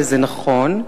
וזה נכון.